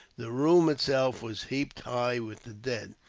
the room itself was heaped high with the dead.